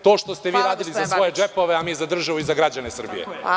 To što ste vi radili za svoje džepove, a mi za državu i za građane Srbije.